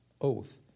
oath